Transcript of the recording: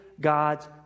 God's